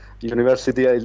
University